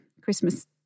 Christmas